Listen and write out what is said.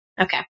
Okay